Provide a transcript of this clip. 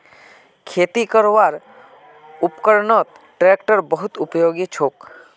खेती करवार उपकरनत ट्रेक्टर बहुत उपयोगी छोक